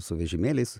su vežimėliais